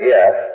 Yes